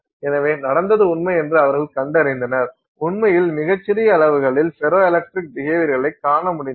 எனவே நடந்தது உண்மை என்று அவர்கள் கண்டறிந்தனர் உண்மையில் மிகச் சிறிய அளவுகளில் ஃபெரோ எலக்ட்ரிக் பிஹேவியர்களைக் காண முடிந்தது